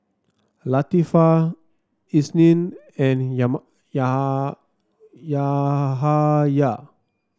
Latifa Isnin and Yahaya